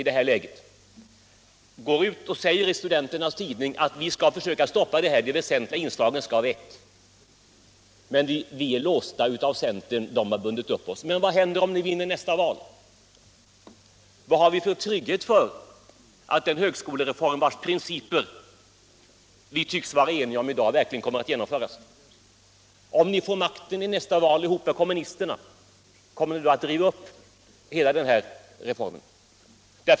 Herr Nordstrandh går ut och säger i studenternas tidning att moderaterna skall försöka stoppa det här, att väsentliga inslag skall bort, men att man är låst av centern, som har ”bundit upp oss totalt”. Vad händer om ni vinner nästa val? Vad har vi för trygghet? Vad har vi för garantier för att den högskolereform vars principer vi tycks vara eniga om i dag verkligen kommer att genomföras? Om ni får makten vid nästa val ihop med kom munisterna, kommer ni då att riva upp hela den här reformen?